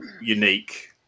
unique